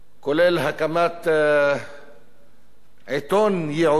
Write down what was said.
כולל הקמת עיתון ייעודי,